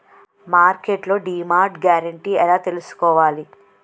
మార్కెట్లో demand guarantee ఎలా తెల్సుకోవాలి?